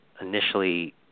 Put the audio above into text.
initially